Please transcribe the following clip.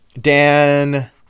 Dan